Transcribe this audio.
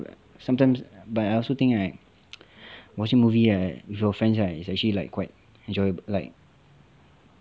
but sometimes but I also think right watching movies right with your friends right is actually quite enjoyable like